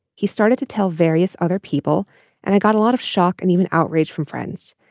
he started to tell various other people and i got a lot of shock and even outrage from friends.